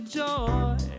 joy